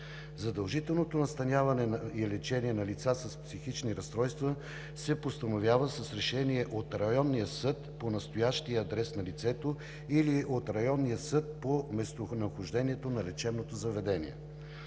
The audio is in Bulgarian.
Задължителното настаняване и лечение на лица с психични разстройства се постановява с решение от районния съд по настоящия адрес на лицето или от районния съд по местонахождението на лечебното заведение.